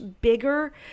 bigger